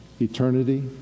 eternity